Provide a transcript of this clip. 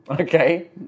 Okay